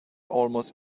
almost